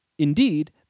Indeed